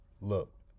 Look